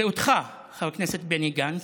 ואותך, חבר הכנסת בני גנץ,